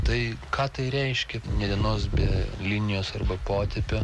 tai ką tai reiškia nė dienos be linijos arba potėpio